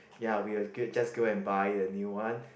ya we will just go and buy the a new one